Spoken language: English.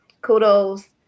kudos